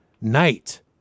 night